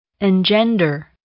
engender